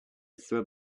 throw